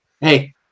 Hey